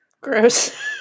Gross